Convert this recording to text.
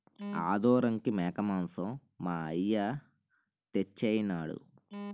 ఆదోరంకి మేకమాంసం మా అయ్య తెచ్చెయినాడు